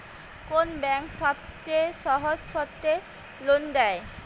কোন ব্যাংক সবচেয়ে সহজ শর্তে লোন দেয়?